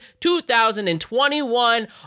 2021